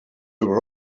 were